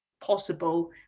possible